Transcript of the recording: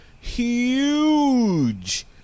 huge